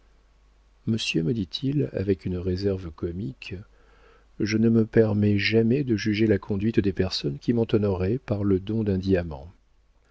monsieur me dit-il avec une réserve comique je ne me permets jamais de juger la conduite des personnes qui m'ont honoré par le don d'un diamant